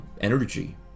energy